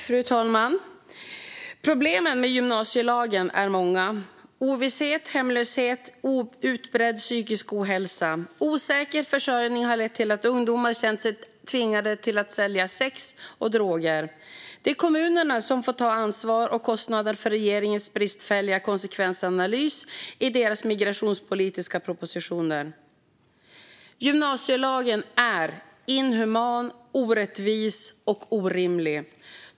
Fru talman! Problemen med gymnasielagen är många. Ovisshet, hemlöshet, utbredd psykisk ohälsa och osäker försörjning har lett till att ungdomar känt sig tvingade att sälja sex och droger. Det är kommunerna som får ta ansvar och kostnader för regeringens bristfälliga konsekvensanalys i deras migrationspolitiska proposition. Gymnasielagen är inhuman, orättvis och orimlig.